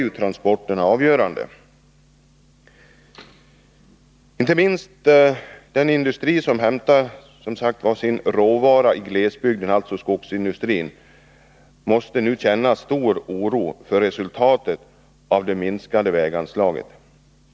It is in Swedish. Inte minst inom den industri som hämtar sin råvara i glesbygden, alltså skogsindustrin, måste man nu känna stor oro för resultatet av det minskade väganslaget.